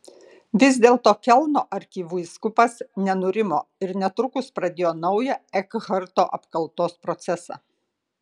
vis dėlto kelno arkivyskupas nenurimo ir netrukus pradėjo naują ekharto apkaltos procesą